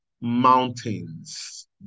Mountains